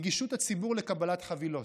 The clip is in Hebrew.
נגישות הציבור לקבלת חבילות,